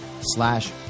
slash